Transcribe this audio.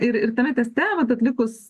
ir ir tame teste vat atlikus